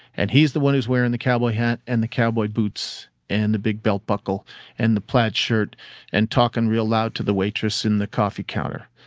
and he's the one who's wearing the cowboy hat and the cowboy boots and the big belt buckle and the plaid shirt and talkin' real loud to the waitress in the coffee counter.